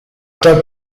tal